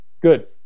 good